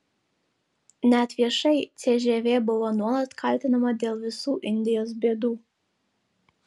net viešai cžv buvo nuolat kaltinama dėl visų indijos bėdų